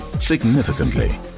significantly